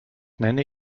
nenne